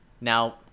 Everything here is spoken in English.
Now